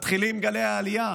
מתחילים גלי העלייה,